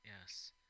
Yes